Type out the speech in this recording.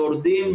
שורדים,